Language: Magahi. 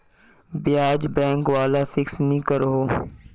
ब्याज़ बैंक वाला फिक्स नि करोह